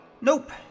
Nope